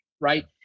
right